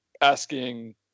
asking